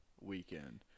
weekend